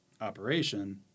operation